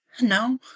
No